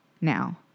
now